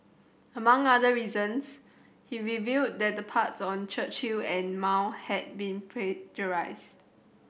among other reasons he revealed that the parts on Churchill and Mao had been plagiarised